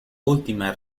última